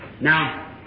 Now